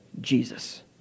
Jesus